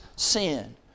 sin